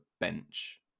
bench